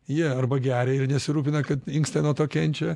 jie arba geria ir nesirūpina kad inkstai dėl to kenčia